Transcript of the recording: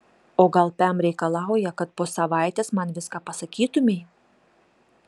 o gal pem reikalauja kad po savaitės man viską pasakytumei